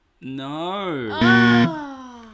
No